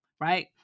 Right